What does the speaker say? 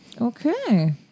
Okay